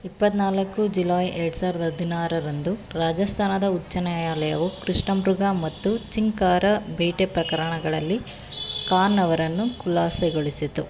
ಇಪ್ಪತ್ತು ನಾಲ್ಕು ಜುಲೈ ಎರ್ಡು ಸಾವ್ರದ ಹದಿನಾರರಂದು ರಾಜಸ್ಥಾನದ ಉಚ್ಛ ನ್ಯಾಯಾಲಯವು ಕೃಷ್ಣಮೃಗ ಮತ್ತು ಚಿಂಕಾರಾ ಬೇಟೆ ಪ್ರಕರಣಗಳಲ್ಲಿ ಖಾನ್ ಅವರನ್ನು ಖುಲಾಸೆಗೊಳಿಸಿತು